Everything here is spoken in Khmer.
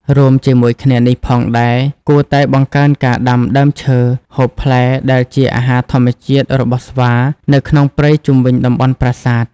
រួមជាមួយគ្នានេះផងដែរ គួរតែបង្កើនការដាំដើមឈើហូបផ្លែដែលជាអាហារធម្មជាតិរបស់ស្វានៅក្នុងព្រៃជុំវិញតំបន់ប្រាសាទ។